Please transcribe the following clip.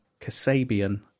Kasabian